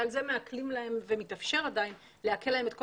זה מעקלים לי ומתאפשר עדיין לעקל להם את כל